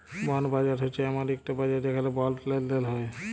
বল্ড বাজার হছে এমল ইকট বাজার যেখালে বল্ড লেলদেল হ্যয়